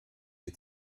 die